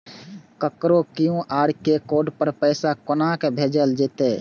ककरो QR code पर पैसा कोना भेजल जेतै?